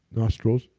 nostrils,